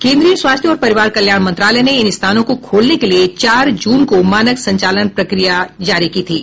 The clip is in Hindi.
केंद्रीय स्वास्थ्य और परिवार कल्याण मंत्रालय ने इन स्थानों को खोलने के लिए चार जून को मानक संचालन प्रक्रियाएं जारी की थीं